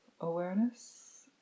awareness